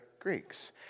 Greeks